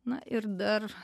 na ir dar